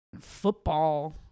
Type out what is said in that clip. football